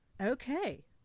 okay